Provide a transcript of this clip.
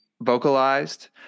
vocalized